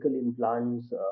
implants